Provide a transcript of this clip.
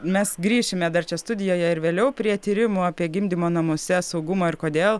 mes grįšime dar čia studijoje ir vėliau prie tyrimų apie gimdymo namuose saugumą ir kodėl